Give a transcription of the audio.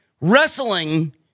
wrestling